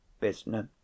business